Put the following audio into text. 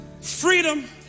Freedom